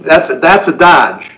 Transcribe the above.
that's a that's a dodge